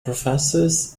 professors